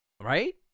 right